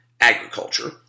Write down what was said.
agriculture